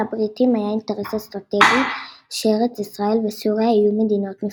לבריטים היה אינטרס אסטרטגי שארץ ישראל וסוריה יהיו מדינות נפרדות.